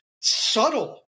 subtle